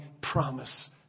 promise